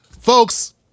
Folks